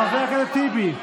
חבר הכנסת טיבי.